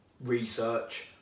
research